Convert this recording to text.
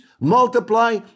multiply